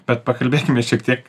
bet pakalbėkime šiek tiek